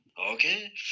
okay